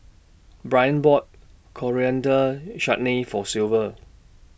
Brion bought Coriander Chutney For Silver